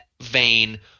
vein